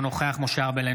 אינו נוכח משה ארבל,